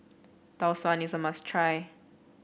Tau Suan is a must try